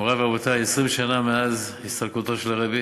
מורי ורבותי, 20 שנה מאז הסתלקותו של הרבי